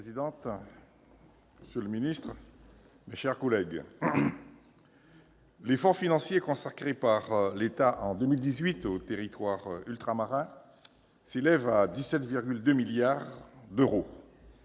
Madame la présidente, monsieur le secrétaire d'État, mes chers collègues, l'effort financier consacré par l'État en 2018 aux territoires ultramarins s'élève à 17,2 milliards d'euros,